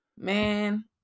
Man